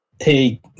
hey